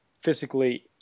physically